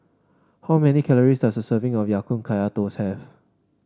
how many calories does a serving of Ya Kun Kaya Toast have